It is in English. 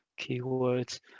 keywords